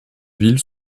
ville